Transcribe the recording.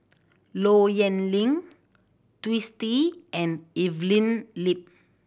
Low Yen Ling Twisstii and Evelyn Lip